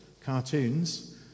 cartoons